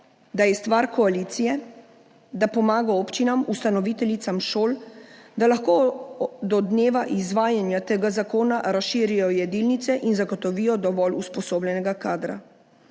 da je stvar koalicije, da pomaga občinam ustanoviteljicam šol, da lahko do dneva izvajanja tega zakona razširijo jedilnice in zagotovijo dovolj usposobljenega kadra.